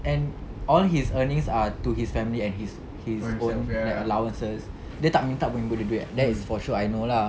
and all his earnings are to his family and his his own allowances dia tak minta pun ibu dia duit that's for sure I know lah